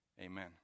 Amen